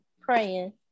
praying